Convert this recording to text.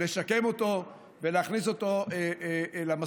לשקם אותו ולהכניס אותו למסלול.